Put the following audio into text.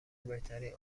بهترین